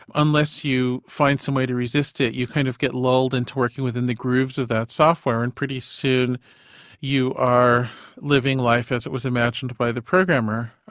unless you find some way to resist it, you kind of get lulled into working within the grooves of that software, and pretty soon you are living life as it was imagined by the programmer,